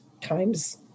times